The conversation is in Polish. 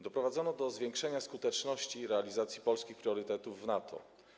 Doprowadzono do zwiększenia skuteczności realizacji polskich priorytetów w NATO.